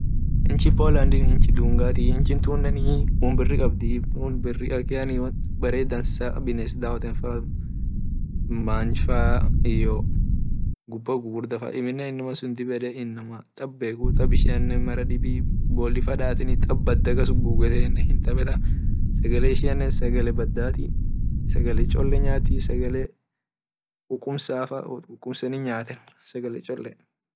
Inchi polandi inchi dungati inchi tunne won biri qabdii barre dansa bines dawoten faa manya faa gubba gugurda qab amine inamusun inama dib ed tab beku tab ishine bolifaa datenu tab bada kas gugeten hintabeta sagale ishiane sagale bada sagale cholle nyati sagale kumkumsafaa sagale cholle.